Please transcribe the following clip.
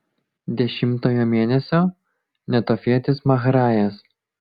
dešimtojo mėnesio netofietis mahrajas